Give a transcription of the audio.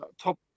top